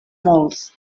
molts